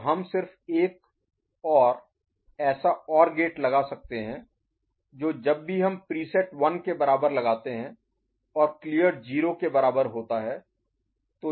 तो हम सिर्फ एक और ऐसा OR गेट लगा सकते हैं और जब भी हम प्रीसेट 1 के बराबर लगाते हैं और क्लीयर 0 के बराबर होता है